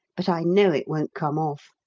but i know it won't come off.